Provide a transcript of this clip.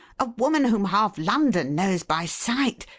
a woman whom half london knows by sight,